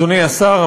אדוני השר,